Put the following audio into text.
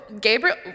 Gabriel